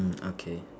mm okay